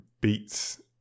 beats